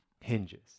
hinges